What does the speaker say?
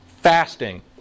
fasting